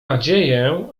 nadzieję